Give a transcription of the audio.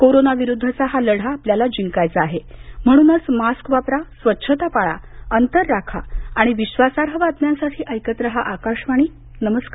corona विरुद्धचा हा लढा आपल्याला जिंकायचा आहे म्हणूनच मास्क वापरा स्वच्छता पाळा अंतर राखा आणि विश्वासार्ह बातम्यांसाठी ऐकत रहा आकाशवाणी नमस्कार